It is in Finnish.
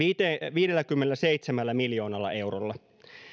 viidelläkymmenelläseitsemällä miljoonalla eurolla